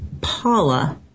Paula